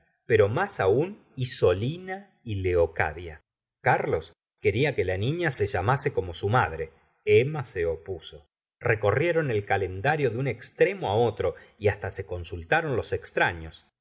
pero más aún isolina leocadia carlos quería que la niña se llamase como su madre emma se opuso recorrieron el calendario de un extremo otro y hasta se consultaron los extraños